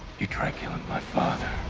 you tried killing my father